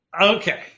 Okay